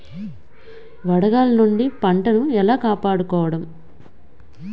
వడగాలి నుండి పంటను ఏలా కాపాడుకోవడం?